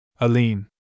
Aline